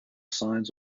signs